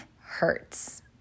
hurts